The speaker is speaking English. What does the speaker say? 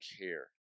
care